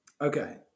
Okay